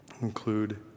include